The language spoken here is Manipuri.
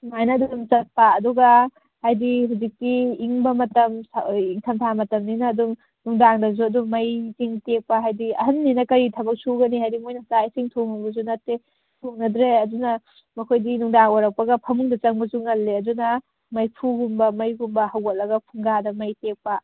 ꯁꯨꯃꯥꯏꯅ ꯑꯗꯨꯃ ꯆꯠꯄ ꯑꯗꯨꯒ ꯍꯥꯏꯗꯤ ꯍꯧꯖꯤꯛꯀꯤ ꯏꯪꯕ ꯃꯇꯝ ꯏꯪꯊꯝ ꯊꯥ ꯃꯇꯝꯅꯤꯅ ꯑꯗꯨꯝ ꯅꯨꯡꯗꯥꯡꯗꯁꯨ ꯑꯗꯨꯝ ꯃꯩꯁꯤꯡ ꯇꯤꯛꯄ ꯍꯥꯏꯗꯤ ꯑꯍꯟꯅꯤꯅ ꯀꯔꯤ ꯊꯕꯛ ꯁꯨꯒꯅꯤ ꯍꯥꯏꯗꯤ ꯃꯣꯏꯅ ꯆꯥꯛ ꯏꯁꯤꯡ ꯊꯣꯡꯂꯨꯕꯁꯨ ꯅꯠꯇꯦ ꯊꯣꯡꯅꯗ꯭ꯔꯦ ꯑꯗꯨꯅ ꯃꯈꯣꯏꯗꯤ ꯅꯨꯡꯗꯥꯡ ꯑꯣꯏꯔꯛꯄꯒ ꯐꯃꯨꯡꯗ ꯆꯪꯕꯁꯨ ꯉꯜꯂꯦ ꯑꯗꯨꯅ ꯃꯩꯐꯨꯒꯨꯝꯕ ꯃꯩꯒꯨꯝꯕ ꯍꯧꯒꯠꯂꯒ ꯐꯨꯡꯒꯥꯗ ꯃꯩ ꯇꯤꯛꯄ